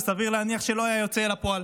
שסביר להניח שלא היה יוצא אל הפועל.